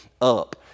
up